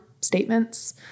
statements